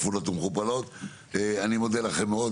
אני מודה לכם מאוד,